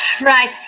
Right